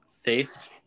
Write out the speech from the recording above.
Faith